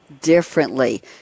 differently